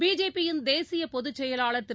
பிஜேபியின் தேசியபொதுச் செயலாளர் திரு